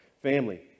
Family